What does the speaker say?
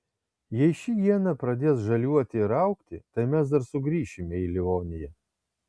jei ši iena pradės žaliuoti ir augti tai mes dar sugrįšime į livoniją